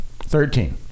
Thirteen